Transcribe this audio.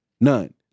none